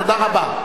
תודה רבה.